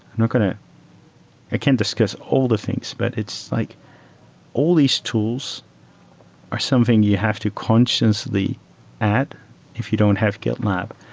and kind of i can't discuss all the things, but it's like all these tools are something you have to consciously add if you don't have gitlab,